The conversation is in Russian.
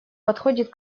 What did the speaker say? подходит